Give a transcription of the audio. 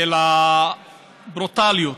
הברוטליות